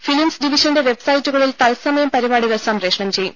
films ഡിവിഷന്റെ വെബ്സൈറ്റുകളിൽ തത്സമയം പരിപാടികൾ സംപ്രേഷണം ചെയ്യും